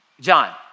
John